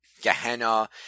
Gehenna